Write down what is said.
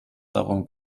darum